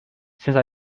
since